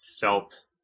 felt